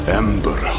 ember